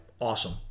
awesome